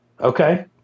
okay